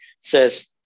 says